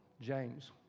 James